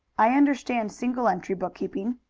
i understand single-entry bookkeeping.